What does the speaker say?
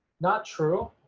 not true.